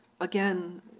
again